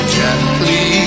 gently